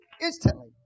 instantly